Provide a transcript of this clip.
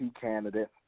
candidate